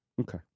Okay